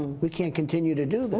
we can't continue to do this.